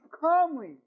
calmly